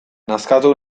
nazkatu